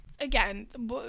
again